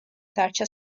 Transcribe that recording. დარჩა